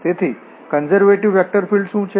તેથી conservative vector field શું છે